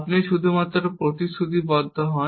আপনি শুধুমাত্র প্রতিশ্রুতিবদ্ধ হন